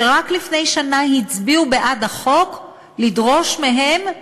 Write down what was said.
שרק לפני שנה הצביעו בעד החוק, לדרוש מהם: